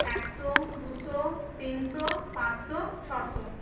একশো দুশো তিনশো পাঁচশো ছশো